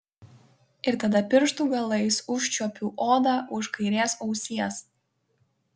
ir tada pirštų galais užčiuopiu odą už kairės ausies